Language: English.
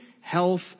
health